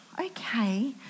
okay